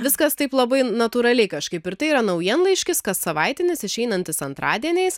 viskas taip labai natūraliai kažkaip ir tai yra naujienlaiškis kas savaitinis išeinantis antradieniais